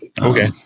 Okay